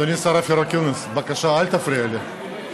אדוני השר אופיר אקוניס, בבקשה אל תפריע לי.